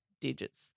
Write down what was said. digits